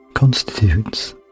Constitutes